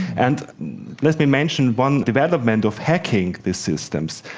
and let me mention one development of hacking these systems.